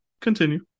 Continue